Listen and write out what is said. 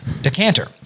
Decanter